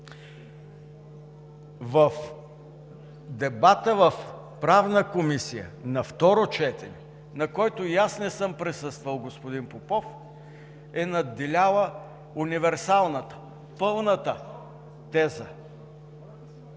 В дебата в Правната комисия на второ четене, на който и аз не съм присъствал, господин Попов, е надделяла универсалната, пълната теза